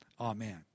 Amen